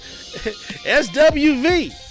SWV